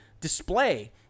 display